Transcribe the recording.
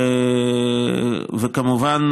כמובן,